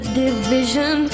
division